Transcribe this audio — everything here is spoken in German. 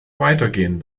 weitergehen